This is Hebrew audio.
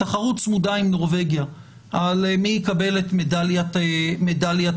תחרות צמודה עם נורבגיה מי יקבל את מדליית הארד.